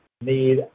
need